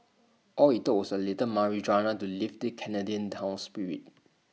all IT took was A little marijuana to lifted Canadian town's spirits